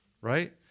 Right